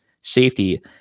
safety